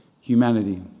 humanity